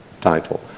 title